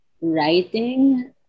writing